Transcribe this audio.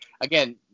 again